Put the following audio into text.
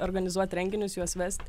organizuot renginius juos vest